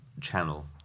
channel